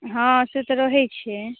हँ से तऽ रहै छियै